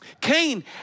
Cain